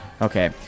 Okay